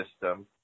system